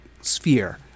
sphere